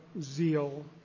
zeal